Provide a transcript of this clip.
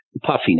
puffiness